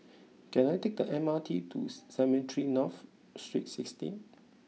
can I take the M R T to Cemetry North Street Sixteen